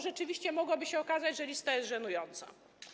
Rzeczywiście mogłoby się okazać, że lista jest żenująca.